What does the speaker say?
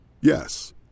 Yes